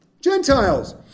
Gentiles